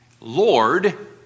Lord